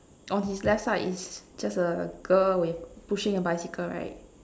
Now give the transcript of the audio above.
on his left side is just a girl with pushing a bicycle right